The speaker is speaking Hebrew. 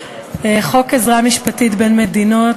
חוק עזרה משפטית בין מדינות,